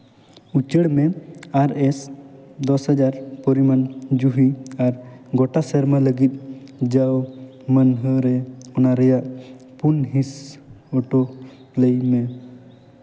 ᱩᱪᱟᱹᱲ ᱢᱮ ᱟᱨ ᱮᱥ ᱫᱚᱥ ᱦᱟᱡᱟᱨ ᱯᱚᱨᱤᱢᱟᱱ ᱡᱩᱦᱤ ᱟᱨ ᱜᱳᱴᱟ ᱥᱮᱨᱢᱟ ᱞᱟᱹᱜᱤᱫ ᱡᱟᱣ ᱢᱟᱹᱱᱦᱟᱹ ᱨᱮ ᱚᱱᱟ ᱨᱮᱭᱟᱜ ᱯᱩᱱ ᱦᱤᱸᱥ ᱚᱴᱳ ᱯᱞᱮᱭ ᱢᱮ